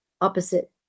opposite